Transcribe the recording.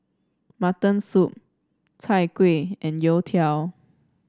Mutton Soup Chai Kueh and youtiao